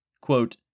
Quote